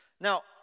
Now